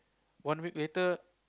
one week later